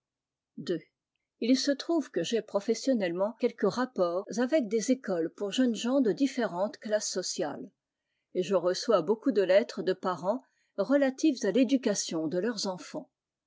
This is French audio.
il se trouve que j'ai professionnellement quelques rapports avec des écoles pour jeunes gens de différentes classes sociales et je reçois beaucoup de lettres de parents relatives à l'éducation de leurs enfants